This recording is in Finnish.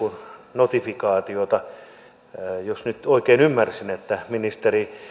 notifikaatiota sellaisena jos nyt oikein ymmärsin kuin ministeri